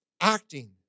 acting